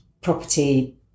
property